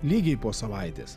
lygiai po savaitės